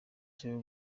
cyo